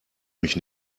mich